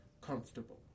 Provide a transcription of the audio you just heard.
comfortable